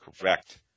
Correct